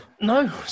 No